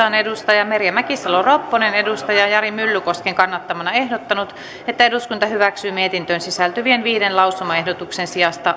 on merja mäkisalo ropponen jari myllykosken kannattamana ehdottanut että eduskunta hyväksyy mietintöön sisältyvien viiden lausumaehdotuksen sijasta